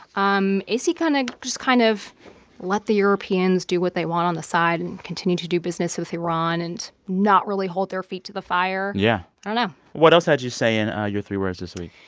um is he going to kind of just kind of let the europeans do what they want on the side and continue to do business with iran and not really hold their feet to the fire? yeah i don't know what else had you saying ah your three words this week?